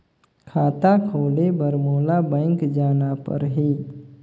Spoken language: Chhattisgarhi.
खाता खोले बर मोला बैंक जाना परही?